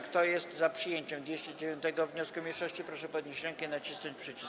Kto jest za przyjęciem 209. wniosku mniejszości, proszę podnieść rękę i nacisnąć przycisk.